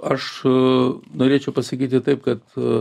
aš a norėčiau pasakyti taip kad a